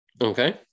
Okay